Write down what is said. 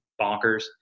bonkers